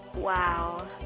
Wow